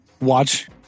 watch